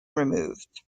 removed